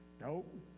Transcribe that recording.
Nope